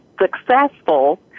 successful